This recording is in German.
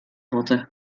wurde